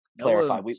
clarify